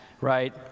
right